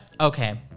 Okay